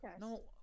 No